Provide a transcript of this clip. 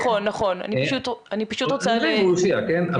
נראה אם הוא יופיע, כן?